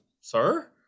Sir